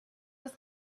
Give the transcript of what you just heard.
ist